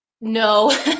no